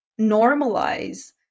normalize